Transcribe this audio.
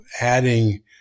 adding